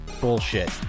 Bullshit